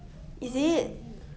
is it